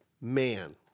man